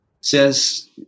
says